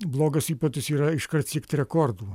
blogas įprotis yra iškart siekti rekordų